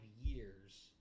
years